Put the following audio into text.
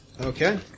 Okay